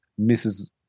Mrs